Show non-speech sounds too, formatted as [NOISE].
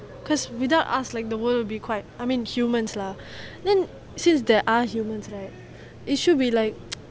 because without us like the world will be quite I mean humans lah then since there are humans right it should be like [NOISE]